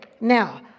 now